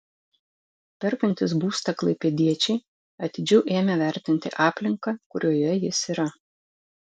perkantys būstą klaipėdiečiai atidžiau ėmė vertinti aplinką kurioje jis yra